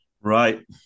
Right